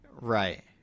Right